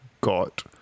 got